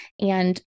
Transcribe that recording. And-